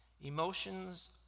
Emotions